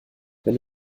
wenn